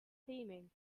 steaming